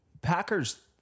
Packers